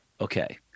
Okay